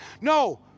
No